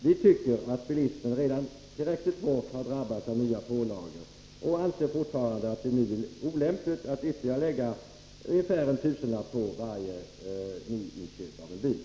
Vi tycker att bilismen tillräckligt hårt har drabbats av nya pålagor och anser att det nu är olämpligt att lägga ytterligare ungefär en tusenlapp på varje nyinköpt bil.